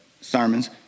sermons